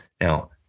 Now